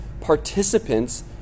participants